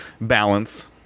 balance